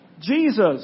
Jesus